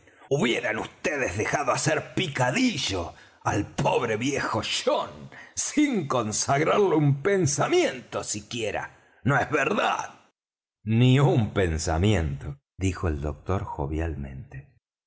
hubieran vds dejado hacer picadillo al pobre viejo john sin consagrarle un pensamiento siquiera no es verdad ni un pensamiento dijo el doctor